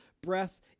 breath